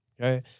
Okay